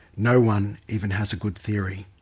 no one even has a good theory.